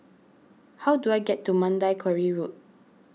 how do I get to Mandai Quarry Road